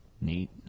Neat